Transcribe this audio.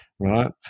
Right